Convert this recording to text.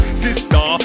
sister